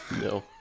No